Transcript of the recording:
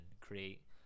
create